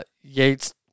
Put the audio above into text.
Yates